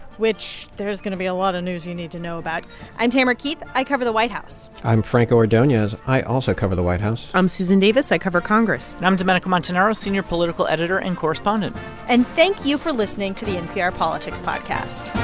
which there's going to be a lot of news you need to know about i'm tamara keith. i cover the white house i'm franco ordonez. i also cover the white house i'm susan davis. i cover congress and i'm domenico montanaro, senior political editor and correspondent and thank you for listening to the npr politics podcast